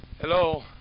Hello